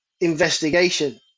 investigation